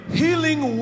healing